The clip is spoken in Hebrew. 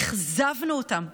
אכזבנו אותם.